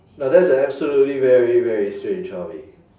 no that's an absolutely very very sweet and chummy